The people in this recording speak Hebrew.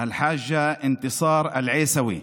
אל-חאג'ה אנתסאר אל-עיסאווי,